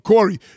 Corey